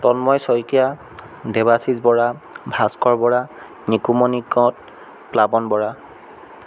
Tanmoy Saikia Debashish Bora Bhaskar Bora Nikumoni Keot Plabon Bora